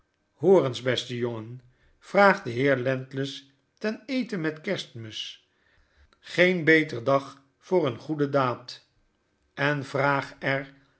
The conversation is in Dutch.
eens beste jongen vraag den heer landless ten eten met kerstmis geen beter dag voor eene goede daad en vraag er